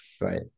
Right